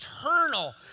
eternal